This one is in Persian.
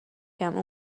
کردم